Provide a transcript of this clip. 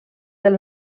del